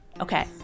Okay